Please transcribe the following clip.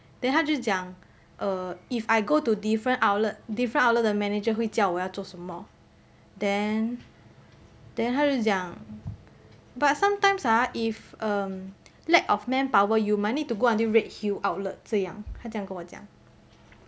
then 他就讲 uh if I go to different outlet different outlet 的 manager 会叫我要做什么 then then 她就讲 but sometimes ah if um lack of manpower you might need to go until redhill outlet 这样她这样跟我讲